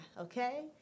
okay